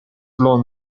lawn